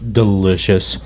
delicious